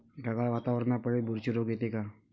ढगाळ वातावरनापाई बुरशी रोग येते का?